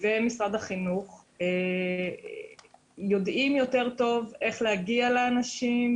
ומשרד החינוך יודעים טוב יותר איך להגיע לאנשים,